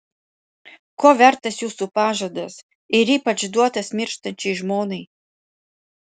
ko vertas jūsų pažadas ir ypač duotas mirštančiai žmonai